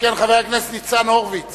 חבר הכנסת ניצן הורוביץ